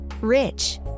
rich